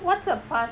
what's a partia~